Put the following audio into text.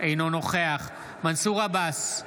אינו נוכח מנסור עבאס,